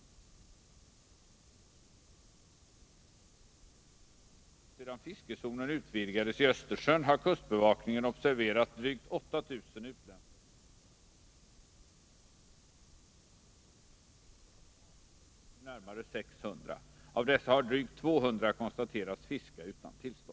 Under den tid som förflutit sedan fiskezonen utvidgades i Östersjön har kustbevakningen observerat drygt 8000 utländska fiskefartyg i zonen. Antalet prejade och kontrollerade fartyg uppgår till närmare 600. Av dessa har drygt 200 konstaterats fiska utan tillstånd.